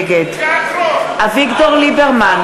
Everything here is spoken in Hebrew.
נגד אביגדור ליברמן,